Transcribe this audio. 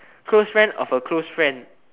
close friend of a close friend